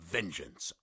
Vengeance